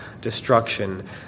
destruction